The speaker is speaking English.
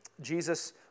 Jesus